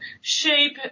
shape